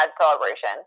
celebration